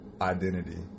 identity